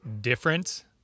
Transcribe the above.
different